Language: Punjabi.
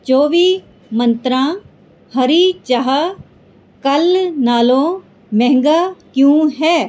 ਚੌਵੀ ਮੰਤਰਾਂ ਹਰੀ ਚਾਹ ਕੱਲ੍ਹ ਨਾਲੋਂ ਮਹਿੰਗਾ ਕਿਉਂ ਹੈ